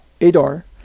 Adar